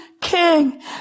king